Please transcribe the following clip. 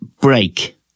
break